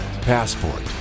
Passport